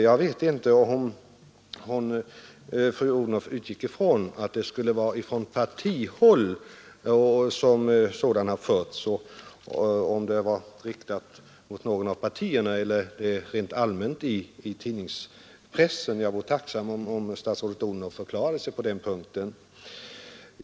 Jag vet inte om hon utgick från att sådan propaganda skulle ha förts från partihåll, om den hade riktats mot någon av partierna eller om propagandan rent allmänt hade förts i tidningspressen. Jag vore tacksam om statsrådet Odhnoff förklarade sig på den punkten.